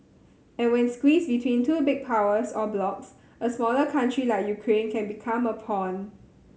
and when squeezed between two big powers or blocs a smaller country like Ukraine can become a pawn